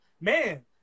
man